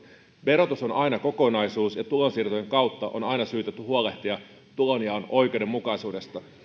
verotus on aina kokonaisuus ja tulonsiirtojen kautta on aina syytä huolehtia tulonjaon oikeudenmukaisuudesta